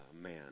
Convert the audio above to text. man